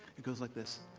it goes like this.